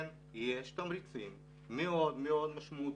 כן, יש תמריצים מאוד מאוד משמעותיים,